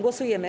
Głosujemy.